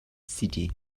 city